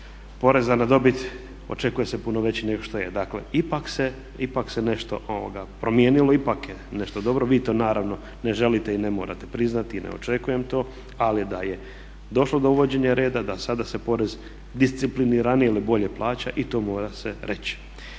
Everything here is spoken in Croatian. poreza na dobit očekuje se puno veći nego što je. Dakle, ipak se nešto promijenilo, ipak je nešto dobro. Vi to naravno ne želite i ne morate priznati i ne očekujem to, ali da je došlo do uvođenja reda, da sada se porez discipliniranije ili bolje plaća i to mora se reći.